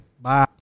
bye